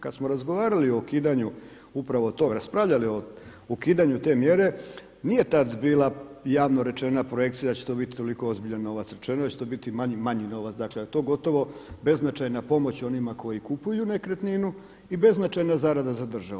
Kada smo razgovarali o ukidanju upravo tog, raspravljali o ukidanju te mjere nije tada bila javno rečena projekcija da će to biti toliko ozbiljan novac, rečeno je da će to biti manji novac, da je to gotovo beznačajna pomoć onima koji kupuju nekretninu i beznačajna zarada za državu.